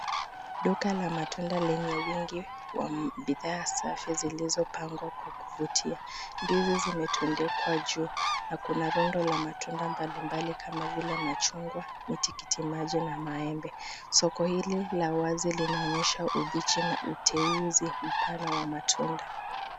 Duka la matunda lenye wingi wa bidhaa safi zilizopangwa kwa kuvutia. Ndizi zimetundikwa juu na kuna rundo la matunda mbalimbali kama vile machungwa, mti tikiti maji na maembe. Soko hili la wazi linaonyesha ubichi na uteuzi mpana wa matunda.